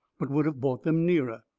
but would of bought them nearer.